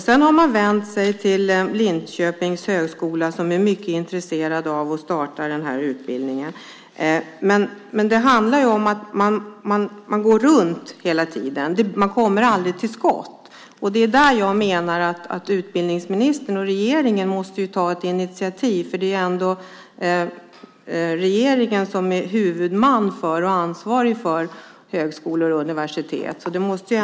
Man har sedan vänt sig till Linköpings högskola, som är mycket intresserad av att starta utbildningen. Men man går hela tiden runt frågan och kommer aldrig till skott. Det är därför jag menar att utbildningsministern och regeringen måste ta ett initiativ, för det är ändå regeringen som är huvudman och ansvarig för högskolor och universitet.